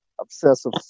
obsessive